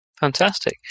Fantastic